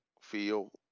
feel